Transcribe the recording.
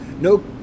No